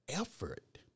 effort